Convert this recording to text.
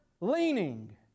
leaning